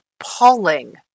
Appalling